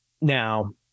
Now